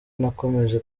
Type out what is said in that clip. nakomeje